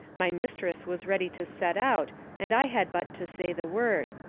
my mistress was ready to set out and i had but to say the word.